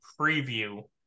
preview